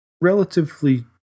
relatively